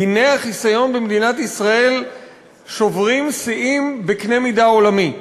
דיני החיסיון במדינת ישראל שוברים שיאים בקנה מידה עולמי,